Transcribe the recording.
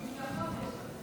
מכובדי השר,